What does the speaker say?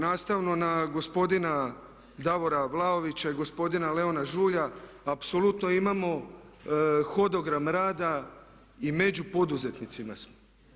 Nastavno na gospodina Davora Vlaovića i gospodina Leona Žulja apsolutno imamo hodogram rada i među poduzetnicima smo.